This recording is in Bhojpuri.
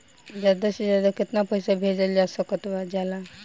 ज्यादा से ज्यादा केताना पैसा भेजल जा सकल जाला?